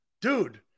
Dude